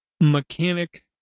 mechanic